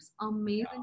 Amazing